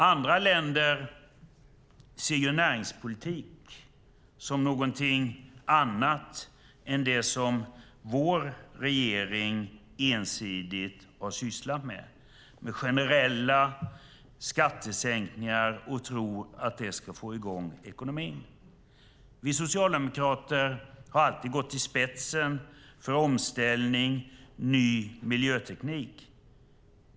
Andra länder ser näringspolitik som någonting annat än det som vår regering ensidigt har sysslat med, nämligen generella skattesänkningar som man tror ska få i gång ekonomin. Vi socialdemokrater har alltid gått i spetsen för omställning till ny miljöteknik.